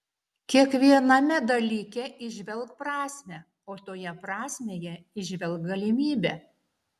kiekviename dalyke įžvelk prasmę o toje prasmėje įžvelk galimybę